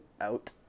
out